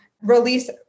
release